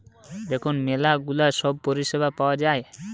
দেখুন ম্যালা গুলা সব পরিষেবা পাওয়া যায়